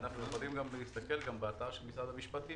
אנחנו יכולים גם להסתכל באתר של משרד המשפטים